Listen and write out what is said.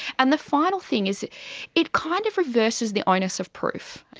and the final thing is it it kind of reverses the onus of proof.